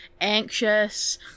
anxious